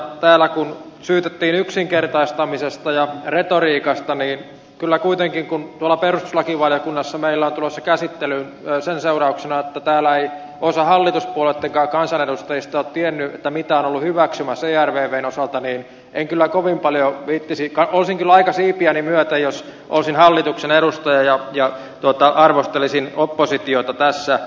täällä kun syytettiin yksinkertaistamisesta ja retoriikasta niin kyllä kuitenkaan kun perustuslakivaliokunnassa meillä on asia tulossa käsittelyyn sen seurauksena että täällä ei osa hallituspuolueittenkaan kansanedustajista ole tiennyt mitä on ollut hyväksymässä ervvn osalta en kovin paljon viitsisi olisin kyllä aika siipiäni myöten jos olisin hallituksen edustaja ja arvostelisin oppositiota tässä